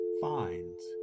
finds